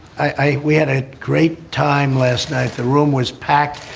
i. we had a great time last night. the room was packed.